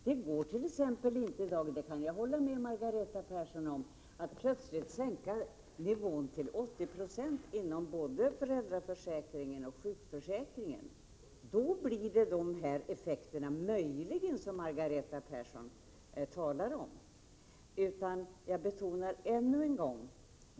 Det går t.ex. inte i dag — det kan jag hålla med Margareta Persson om —-att plötsligt sänka nivån till 80 96 inom både föräldraförsäkringen och sjukförsäkringen. Det får möjligen de effekter som Margareta Persson talar om.